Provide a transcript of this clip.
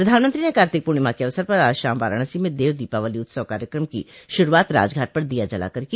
प्रधानमंत्री ने कार्तिक पूर्णिमा के अवसर पर आज शाम वाराणसी में देव दीपावली उत्सव कार्यकम की शुरूआत राजघाट पर दीया जलाकर की